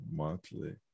monthly